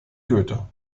goethe